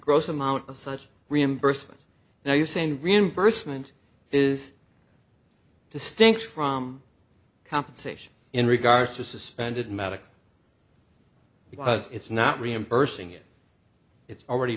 gross amount of such reimbursement now you're saying reimbursement is distinct from compensation in regards to suspended medical because it's not reimbursing it it's already